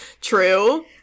True